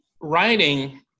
writing